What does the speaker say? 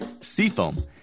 Seafoam